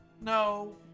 no